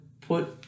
put